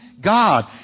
God